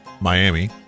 Miami